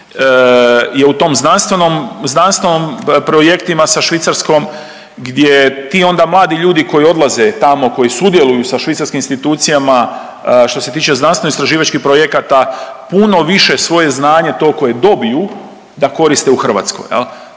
znanstvenom, znanstvenim projektima sa Švicarskom gdje ti onda mladi ljudi koji odlaze tamo koji sudjeluju sa švicarskim institucijama što se tiče znanstveno istraživačkih projekata puno više svoje znanje to koje dobiju da koriste u Hrvatskoj.